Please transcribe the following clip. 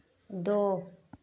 दो